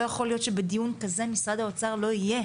לא יכול להיות שבדיון כזה משרד האוצר לא יהיה